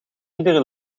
iedere